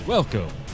Welcome